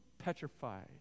petrified